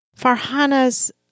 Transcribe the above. Farhana's